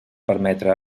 permetre